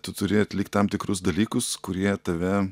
tu turi atlikt tam tikrus dalykus kurie tave